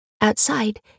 Outside